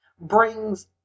brings